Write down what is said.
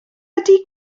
ydy